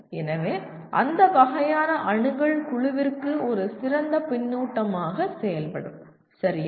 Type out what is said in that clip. எனவே அந்த வகையான அணுகல் குழுவிற்கு ஒரு சிறந்த பின்னூட்டமாக செயல்படும் சரியா